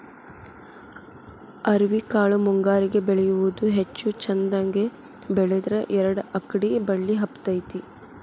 ಅವ್ರಿಕಾಳು ಮುಂಗಾರಿಗೆ ಬೆಳಿಯುವುದ ಹೆಚ್ಚು ಚಂದಗೆ ಬೆಳದ್ರ ಎರ್ಡ್ ಅಕ್ಡಿ ಬಳ್ಳಿ ಹಬ್ಬತೈತಿ